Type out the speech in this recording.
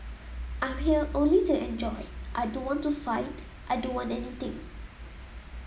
I'm here only to enjoy I don't want to fight I don't want anything